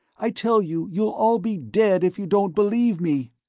i tell you, you'll all be dead if you don't believe me!